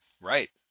Right